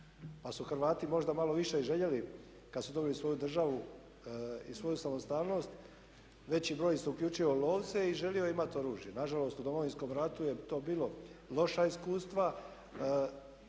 pa su Hrvati možda malo više i željeli kada su dobili svoju Državu i svoju samostalnost, veći broj se uključio u lovce i želio je imati oružje. Nažalost u Domovinskom ratu je to bilo loša iskustva,